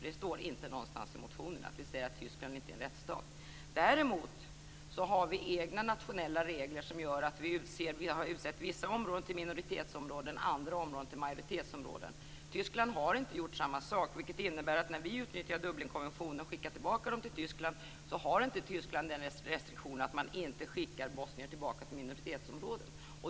Det står inte någonstans i motionen att Tyskland inte är en rättsstat. Däremot har vi egna nationella regler som gör att vi utsett vissa områden till minoritetsområden, andra till majoritetsområden. Tyskland har inte gjort samma sak. Det innebär att när vi utnyttjar Dublinkonventionen och skickar tillbaka dem till Tyskland har inte Tyskland den restriktionen att man inte skickar bosnier tillbaka till minoritetsområden.